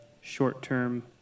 short-term